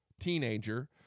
teenager